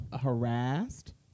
harassed